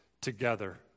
together